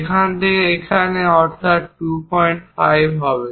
এখান থেকে এখানে অর্থাৎ 25 হবে